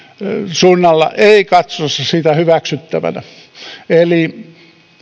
suunnalla ei katsota sitä hyväksyttävänä eli